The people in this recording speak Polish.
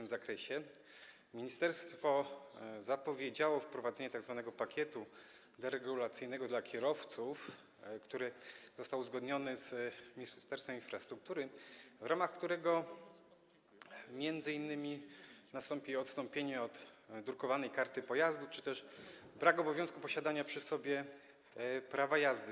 Ministerstwo zapowiedziało wprowadzenie tzw. pakietu deregulacyjnego dla kierowców, który został uzgodniony z Ministerstwem Infrastruktury, w ramach którego m.in. nastąpi odstąpienie od drukowanej karty pojazdu czy też nie będzie obowiązku posiadania przy sobie prawa jazdy.